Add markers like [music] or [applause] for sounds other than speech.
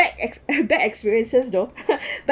bad bad experiences though [laughs]